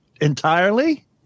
entirely